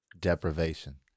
deprivation